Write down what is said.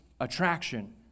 attraction